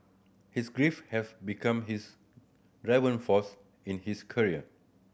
his grief have become his driving force in his career